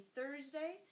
Thursday